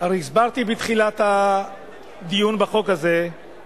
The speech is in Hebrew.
הסברתי בתחילת הדיון בחוק הזה, שמטרתו של